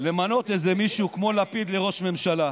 למנות איזה מישהו כמו לפיד לראש ממשלה.